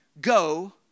Go